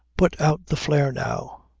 put out the flare now.